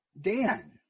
Dan